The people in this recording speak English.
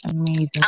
amazing